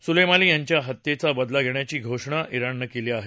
Soleimani यांच्या हत्येचा बदला घेण्याची घोषणा िंगणनं केली आहे